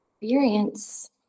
experience